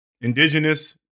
Indigenous